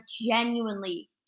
genuinely